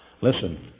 listen